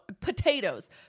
potatoes